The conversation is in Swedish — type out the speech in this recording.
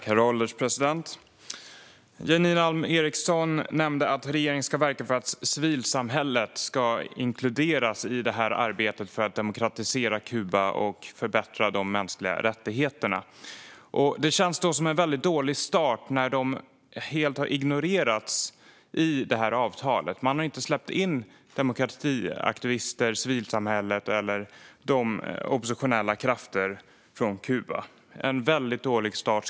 Herr ålderspresident! Janine Alm Ericson nämnde att regeringen ska verka för att civilsamhället ska inkluderas i arbetet för att demokratisera Kuba och förbättra de mänskliga rättigheterna. Det känns som en väldigt dålig start när detta helt har ignorerats i avtalet. Man har inte släppt in demokratiaktivister, civilsamhället eller oppositionella krafter från Kuba. Det är en väldigt dålig start.